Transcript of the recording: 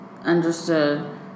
Understood